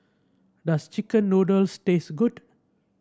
does chicken noodles taste good